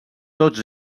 tots